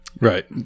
right